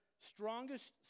strongest